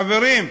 חברים,